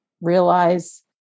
Realize